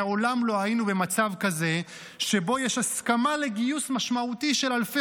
מעולם לא היינו במצב כזה שבו יש הסכמה לגיוס משמעותי של אלפי